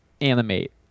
animate